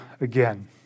again